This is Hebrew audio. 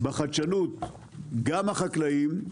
בחדשנות גם החקלאים,